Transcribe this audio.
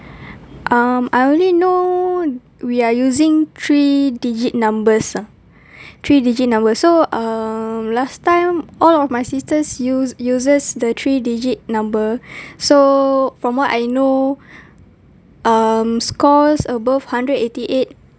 um I only know we are using three digit numbers ah three digit numbers so um last time all of my sisters used uses the three digit number so from what I know um score above hundred eighty eight